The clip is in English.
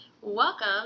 Welcome